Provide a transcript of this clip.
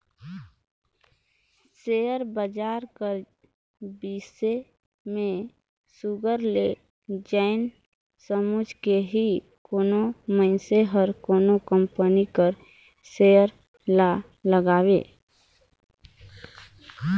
share बजार कर बिसे में सुग्घर ले जाएन समुझ के ही कोनो मइनसे हर कोनो कंपनी कर सेयर ल लगवाए